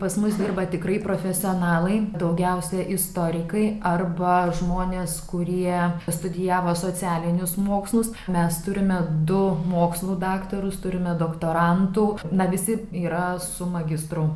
pas mus dirba tikrai profesionalai daugiausiai istorikai arba žmonės kurie studijavo socialinius mokslus mes turime du mokslų daktarus turime doktorantų na visi yra su magistru